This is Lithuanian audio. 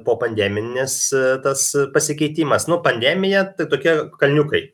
povandenines tas pasikeitimas nu pandemija tai tokie kalniukai